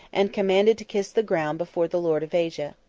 and commanded to kiss the ground before the lord of asia.